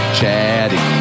chatty